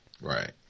Right